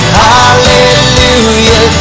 hallelujah